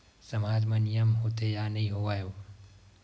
सामाज मा नियम होथे या नहीं हो वाए?